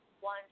one